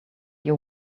your